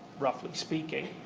roughly speaking,